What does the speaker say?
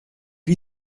lui